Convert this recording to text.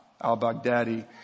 al-Baghdadi